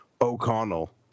O'Connell